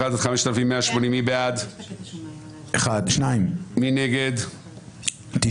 1 בעד, 7 נגד, 4